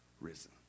risen